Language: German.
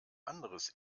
anderes